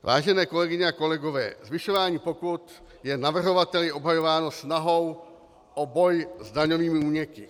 Vážené kolegyně a kolegové, zvyšování pokut je navrhovateli obhajováno snahou o boj s daňovými úniky.